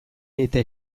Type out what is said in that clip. eta